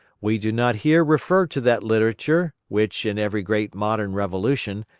we do not here refer to that literature which, in every great modern revolution,